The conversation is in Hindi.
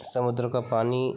समुद्र का पानी